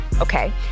Okay